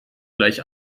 gleich